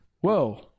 Whoa